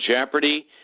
jeopardy